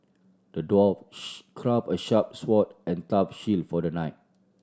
the dwarf crafted a sharp sword and a tough shield for the knight